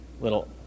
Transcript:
Little